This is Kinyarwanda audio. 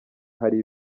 hari